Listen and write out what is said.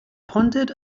pondered